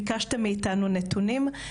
ביקשתם מאיתנו נתונים,